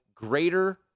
Greater